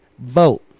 vote